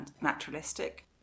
naturalistic